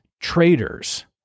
traders